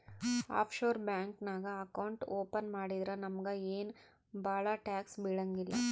of sure bank ನಾಗ್ account open ಮಾಡಿದ್ರ ನಮುಗ ಏನ್ ಭಾಳ ಟ್ಯಾಕ್ಸ್ ಬೀಳಂಗಿಲ್ಲ